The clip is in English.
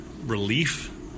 relief